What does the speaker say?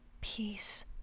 peace